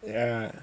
yeah